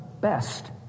best